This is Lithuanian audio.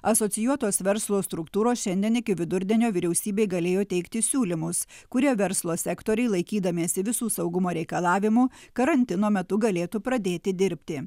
asocijuotos verslo struktūros šiandien iki vidurdienio vyriausybei galėjo teikti siūlymus kurie verslo sektoriai laikydamiesi visų saugumo reikalavimų karantino metu galėtų pradėti dirbti